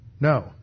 No